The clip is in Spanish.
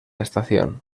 estación